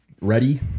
ready